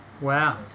Wow